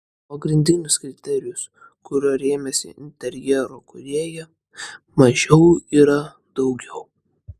pagrindinis kriterijus kuriuo rėmėsi interjero kūrėja mažiau yra daugiau